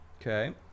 Okay